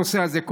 הנושא הזה.